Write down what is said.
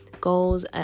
goals